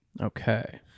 Okay